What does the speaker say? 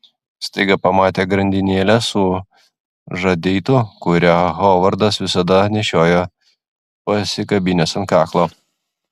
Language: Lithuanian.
staiga pamatė grandinėlę su žadeitu kurią hovardas visada nešiojo pasikabinęs ant kaklo